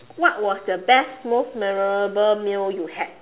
what was the best most memorable meal you had